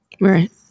Right